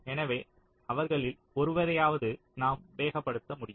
எனவே அவர்களில் ஒருவரையாவது நாம் வேகப்படுத்த முடியும்